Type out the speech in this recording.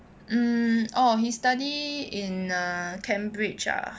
um oh he study in ah cambridge ah